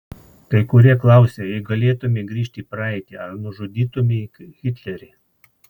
kai kurie klausia jei galėtumei grįžti į praeitį ar nužudytumei hitlerį